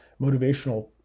motivational